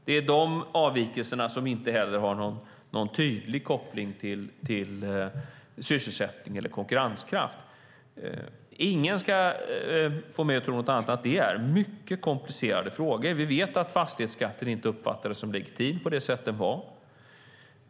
Det är de avvikelserna som inte heller har någon tydlig koppling till sysselsättning eller konkurrenskraft. Ingen ska få mig att tro något annat än att det är mycket komplicerade frågor. Vi vet att fastighetsskatten inte uppfattades som legitim på det sätt den var.